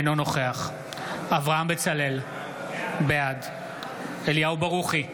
אינו נוכח אברהם בצלאל, בעד אליהו ברוכי,